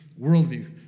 worldview